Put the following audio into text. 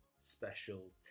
special